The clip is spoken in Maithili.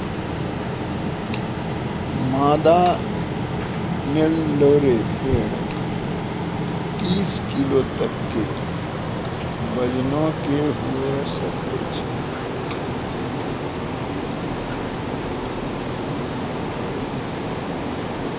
मादा नेल्लोरे भेड़ तीस किलो तक के वजनो के हुए सकै छै